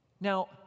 Now